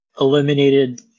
eliminated